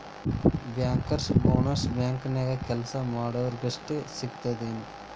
Bankers bonus ಬ್ಯಾಂಕ್ನ್ಯಾಗ್ ಕೆಲ್ಸಾ ಮಾಡೊರಿಗಷ್ಟ ಸಿಗ್ತದೇನ್?